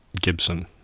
Gibson